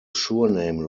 surname